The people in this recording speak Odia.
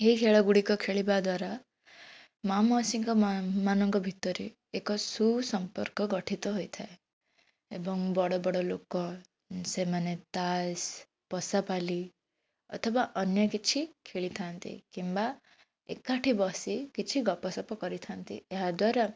ଏହି ଖେଳଗୁଡ଼ିକ ଖେଳିବାଦ୍ୱାରା ମାଁ ମାଉସୀ ମାନଙ୍କ ଭିତରେ ଏକ ସୁସମ୍ପର୍କ ଗଠିତ ହୋଇଥାଏ ଏବଂ ବଡ଼ ବଡ଼ ଲୋକ ସେମାନେ ତାସ୍ ପଶାପାଲି ଅଥବା ଅନ୍ୟ କିଛି ଖେଳିଥାନ୍ତି କିମ୍ବା ଏକାଠି ବସି କିଛି ଗପସପ କରିଥାନ୍ତି ଏହାଦ୍ୱାରା